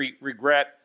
regret